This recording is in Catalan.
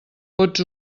pots